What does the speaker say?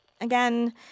again